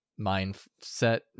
mindset